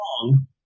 long